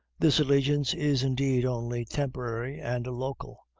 this allegiance is indeed only temporary and local,